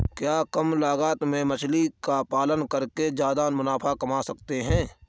क्या कम लागत में मछली का पालन करके ज्यादा मुनाफा कमा सकते हैं?